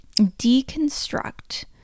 deconstruct